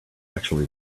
actually